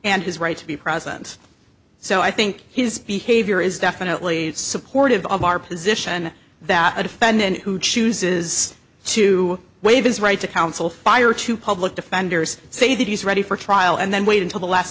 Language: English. and his right to be present so i think his behavior is definitely supportive of our position that a defendant who chooses to waive his right to counsel fire to public defenders say that he's ready for trial and then wait until the last